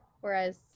whereas